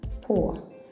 Poor